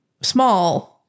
small